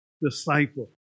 disciple